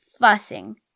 fussing